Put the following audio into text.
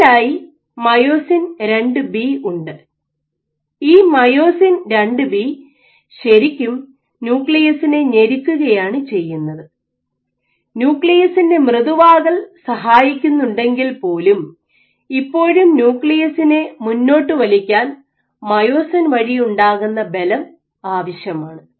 പിന്നിലായി myosin II B ഉണ്ട് ഈ മയോസിൻ II ബി ശരിക്കും ന്യൂക്ലിയസിനെ ഞെരുക്കുകയാണ് ചെയ്യുന്നത് ന്യൂക്ലിയസിൻറെ മൃദുവാകൽ സഹായിക്കുന്നുണ്ടെങ്കിൽ പോലും ഇപ്പോഴും ന്യൂക്ലിയസിനെ മുന്നോട്ടു വലിക്കാൻ മയോസിൻ വഴിയുണ്ടാകുന്ന ബലം ആവശ്യമാണ്